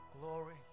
Glory